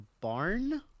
barn